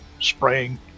spraying